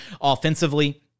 offensively